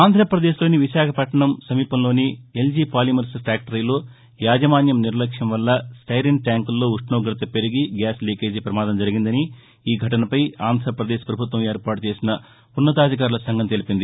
ఆంధ్రప్రదేశ్లోని విశాఖపట్టణం సమీపంలోని LG polymers ఫ్యాక్టరీలో యాజమాన్యం నిర్లక్ష్యం వల్ల స్టెరిన్ ట్యాంకుల్లో ఉష్ణోగత పెరిగి గ్యాస్ లీకేజీ ప్రమాదం జరిగిందని ఈ ఘటనపై ఆంధ్రప్రదేశ్ పభుత్వం వీర్పాటు చేసిన ఉన్నతాధికారుల సంఘం తెలిపింది